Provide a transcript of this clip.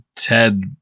ted